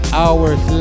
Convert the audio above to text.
hours